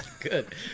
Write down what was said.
Good